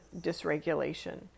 dysregulation